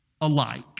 alike